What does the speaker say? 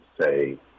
say